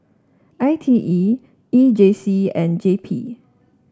I T E E J C and J P